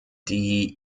die